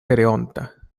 pereonta